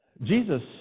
Jesus